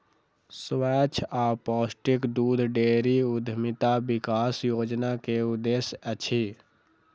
स्वच्छ आ पौष्टिक दूध डेयरी उद्यमिता विकास योजना के उद्देश्य अछि